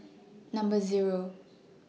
Number Zero